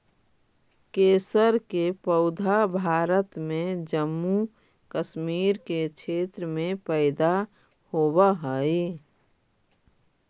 केसर के पौधा भारत में जम्मू कश्मीर के क्षेत्र में पैदा होवऽ हई